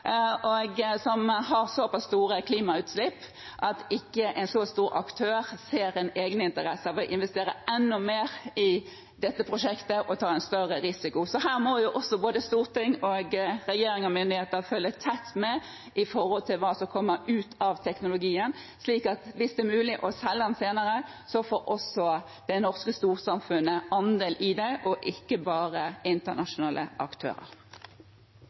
og som har så pass store klimautslipp, ikke ser en egeninteresse av å investere enda mer i dette prosjektet og ta en større risiko. Her må både storting, regjering og myndigheter følge tett med på hva som kommer ut av teknologien, slik at hvis det er mulig å selge den senere, får også det norske storsamfunnet andel i det, og ikke bare internasjonale aktører.